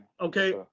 Okay